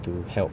to help